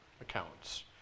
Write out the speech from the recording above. accounts